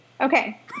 Okay